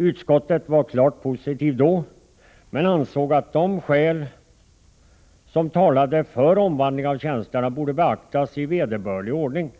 Utskottet var klart positivt inställt då, men ansåg att de skäl som talade för omvandlingen av tjänsterna borde beaktas i vederbörlig ordning.